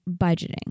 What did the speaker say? budgeting